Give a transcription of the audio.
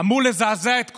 אמור לזעזע את כולנו.